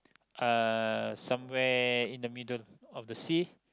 uh somewhere in the middle of the sea